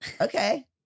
Okay